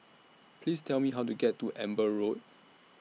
Please Tell Me How to get to Amber Road